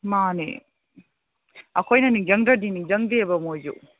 ꯃꯥꯟꯅꯦ ꯑꯩꯈꯣꯏꯅ ꯅꯤꯡꯁꯤꯡꯗ꯭ꯔꯗꯤ ꯅꯤꯡꯁꯤꯡꯗꯦꯕ ꯃꯣꯏꯁꯨ